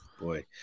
Boy